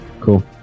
cool